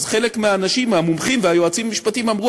חלק מהאנשים,